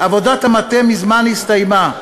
עבודת המטה מזמן הסתיימה,